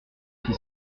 qui